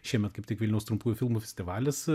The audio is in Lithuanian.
šiemet kaip tik vilniaus trumpųjų filmų festivalis